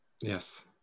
Yes